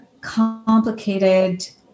complicated